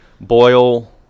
boil